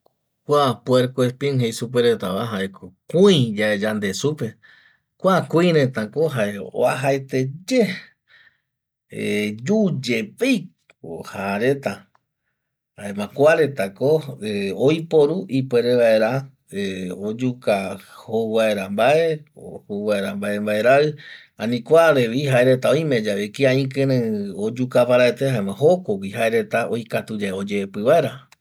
Cua Puerpoespin jei supe reta va jae ko kui yae yande supe kua kui reta ko uajaete ye yu yepei ko ja reta jaema kuareta ko oiporu ipuere vaera oyuca jou vaera mbae jou vaera mbae mbaerai ani cuarevi jaereta oime yave kia ikerei oyucaparaete jaema jokogui jaereta oikatuye oyeipi vaera